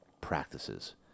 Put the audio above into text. practices